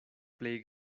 plej